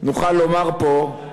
נוכל לומר פה,